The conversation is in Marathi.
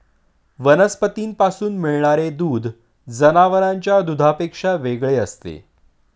वनस्पतींपासून मिळणारे दूध जनावरांच्या दुधापेक्षा वेगळे असते